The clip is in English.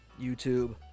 YouTube